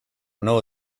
know